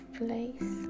place